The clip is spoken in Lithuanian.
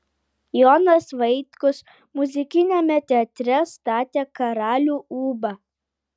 jonas vaitkus muzikiniame teatre statė karalių ūbą